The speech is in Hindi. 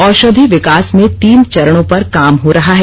औषधि विकास में तीन चरणों पर काम हो रहा है